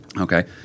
okay